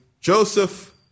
Joseph